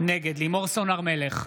נגד לימור סון הר מלך,